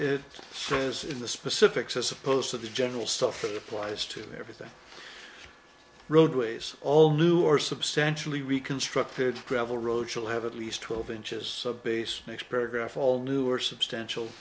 throws in the specifics as opposed to the general stuff applies to everything roadways all new or substantially reconstructed gravel roads will have at least twelve inches of base next paragraph all new or substantial